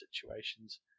situations